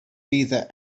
either